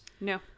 No